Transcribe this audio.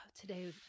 today